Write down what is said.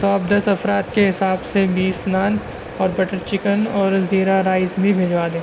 تو آپ دس افراد کے حساب سے بیس نان اور بٹر چکن اور زیرا رائس بھی بھجوا دیں